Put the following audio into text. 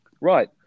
Right